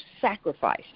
sacrifice